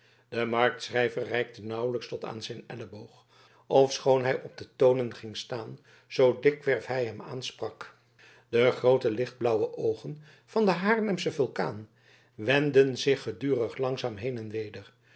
de marktschrijver reikte nauwlijks tot aan zijn elleboog ofschoon hij op de toonen ging staan zoo dikwerf hij hem aansprak de groote lichtblauwe oogen van den haarlemschen vulkaan wendden zich gedurig langzaam heen en weder